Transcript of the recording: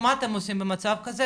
נו מה אתם עושים במצב כזה?